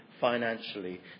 financially